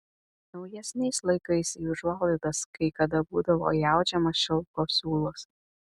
naujesniais laikais į užuolaidas kai kada būdavo įaudžiamas šilko siūlas